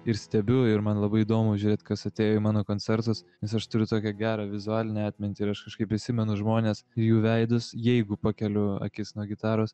ir stebiu ir man labai įdomu žiūrėt kas atėjo į mano koncertus nes aš turiu tokią gerą vizualinę atmintį ir aš kažkaip prisimenu žmones jų veidus jeigu pakeliu akis nuo gitaros